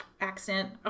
accent